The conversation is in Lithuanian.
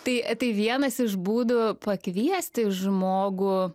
tai tai vienas iš būdų pakviesti žmogų